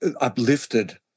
uplifted